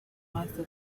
hasta